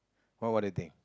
or what do you think